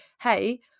hey